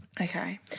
Okay